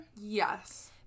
Yes